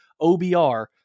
OBR